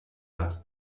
hat